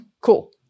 Cool